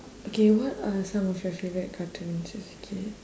okay what are some of your favourite cartoons as a kid